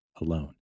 alone